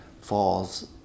falls